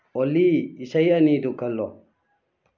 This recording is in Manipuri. ꯑꯣꯜꯂꯤ ꯏꯁꯩ ꯑꯅꯤꯗꯨ ꯈꯜꯂꯣ